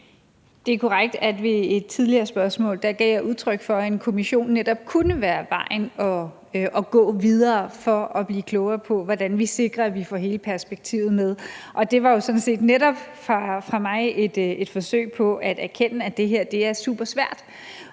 jeg i forbindelse med et tidligere spørgsmål gav udtryk for, at en kommission netop kunne være vejen at gå videre på for at blive klogere på, hvordan vi sikrer, at vi får hele perspektivet med. Og det var jo sådan set netop et forsøg fra mig på at erkende, at det her er super svært.